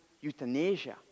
euthanasia